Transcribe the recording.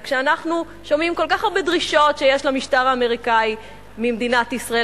וכשאנחנו שומעים כל כך הרבה דרישות שיש למשטר האמריקני ממדינת ישראל,